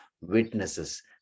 witnesses